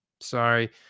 Sorry